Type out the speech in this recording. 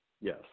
Yes